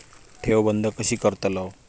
ठेव बंद कशी करतलव?